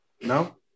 No